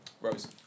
Rose